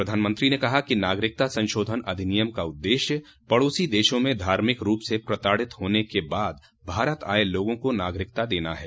प्रधानमंत्री ने कहा कि नागरिकता संशोधन अधिनियम का उददेश्य पड़ोसी देशों में धार्मिक रूप से प्रताड़ित होने के बाद भारत आये लोगों को नागरिकता देना है